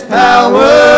power